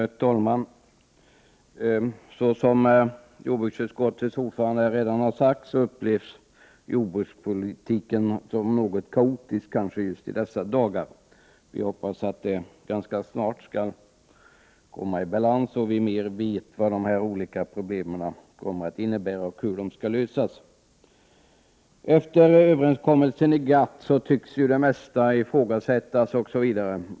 Herr talman! Såsom jordbruksutskottets ordförande redan har sagt upplevs jordbrukspolitiken som något kaotisk just i dessa dagar. Vi hoppas att den ganska snart skall komma i balans, att vi kommer att veta mer om vad de olika problemen innebär och hur de skall lösas. Efter överenskommelsen i GATT tycks det mesta ifrågasättas.